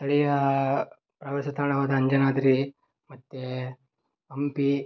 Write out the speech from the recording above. ಸ್ಥಳೀಯ ಪ್ರವಾಸ ತಾಣವಾದ ಅಂಜನಾದ್ರಿ ಮತ್ತೆ ಹಂಪಿ